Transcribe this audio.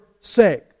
sake